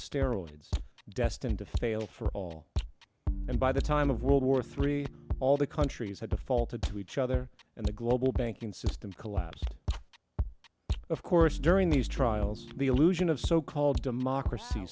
steroids destined to fail for all and by the time of world war three all the countries had to fall to each other and the global banking system collapsed of course during these trials the illusion of so called democracy